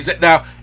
Now